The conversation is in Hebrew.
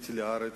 כי זה יש הרבה,